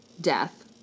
Death